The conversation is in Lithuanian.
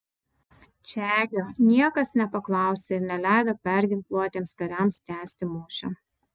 čegio niekas nepaklausė ir neleido perginkluotiems kariams tęsti mūšio